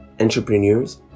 entrepreneurs